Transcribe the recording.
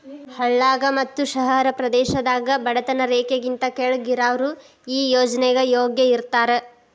ಹಳ್ಳಾಗ ಮತ್ತ ಶಹರ ಪ್ರದೇಶದಾಗ ಬಡತನ ರೇಖೆಗಿಂತ ಕೆಳ್ಗ್ ಇರಾವ್ರು ಈ ಯೋಜ್ನೆಗೆ ಯೋಗ್ಯ ಇರ್ತಾರ